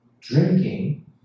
drinking